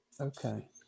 Okay